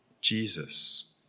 Jesus